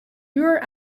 uur